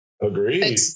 Agreed